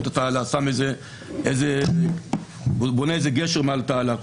בונה איזה גשר מעל התעלה וחוסם אותה.